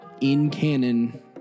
in-canon